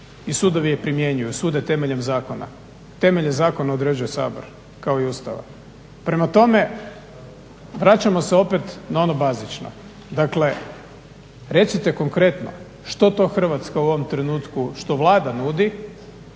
i sudovi je primjenjuju, sude temeljem zakona. Temelje zakona određuje Sabor kao i Ustava. Prema tome, vraćamo se opet na ono bazično, dakle recite konkretno što to Hrvatska u ovom trenutku, što Vlada nudi?